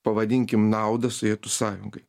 pavadinkim naudą sovietų sąjungai